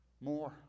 More